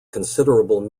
considerable